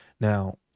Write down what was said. now